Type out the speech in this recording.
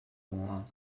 along